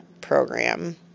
program